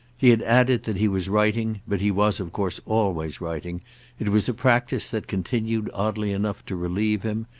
he had added that he was writing, but he was of course always writing it was a practice that continued, oddly enough, to relieve him,